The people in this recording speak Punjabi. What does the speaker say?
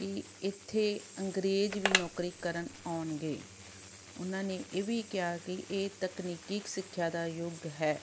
ਕਿ ਇੱਥੇ ਅੰਗਰੇਜ਼ ਵੀ ਨੌਕਰੀ ਕਰਨ ਆਉਣਗੇ ਉਹਨਾਂ ਨੇ ਇਹ ਵੀ ਕਿਹਾ ਕਿ ਇਹ ਤਕਨੀਕੀ ਸਿੱਖਿਆ ਦਾ ਯੁੱਗ ਹੈ